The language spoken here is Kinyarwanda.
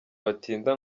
batinda